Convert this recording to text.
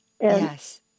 Yes